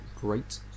great